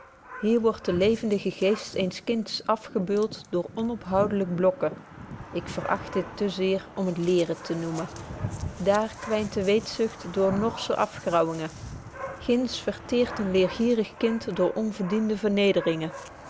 hier wordt de levendige geest eens kinds afgebeuld door onophoudelyk blokken ik veragt dit te zeer om het leeren te noemen daar kwynt de weetzucht door norssche afgraauwingen ginds verteert een eergierig kind door onverdiende vernederingen